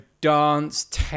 dance